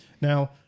Now